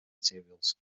materials